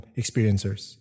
experiencers